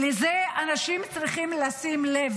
לזה אנשים צריכים לשים לב.